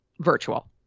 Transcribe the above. virtual